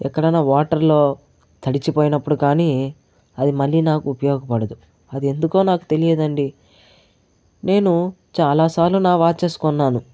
ఎక్కడన్న వాటర్ లో తడిచిపోయినప్పుడు కానీ అది మళ్ళీ నాకు ఉపయోగపడదు అది ఎందుకో నాకు తెలియదండి నేను చాలా సార్లు నా వాచెస్ కొన్నాను